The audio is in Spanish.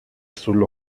azul